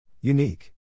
Unique